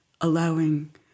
allowing